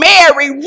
Mary